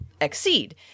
exceed